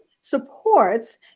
supports